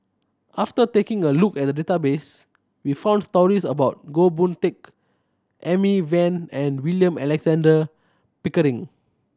after taking a look at the database we found stories about Goh Boon Teck Amy Van and William Alexander Pickering